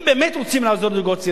אם באמת רוצים לעזור לזוגות צעירים,